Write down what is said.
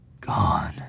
Gone